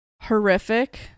horrific